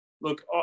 look